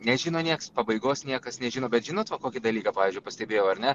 nežino nieks pabaigos niekas nežino bet žinot va kokį dalyką pavyzdžiui pastebėjau ar ne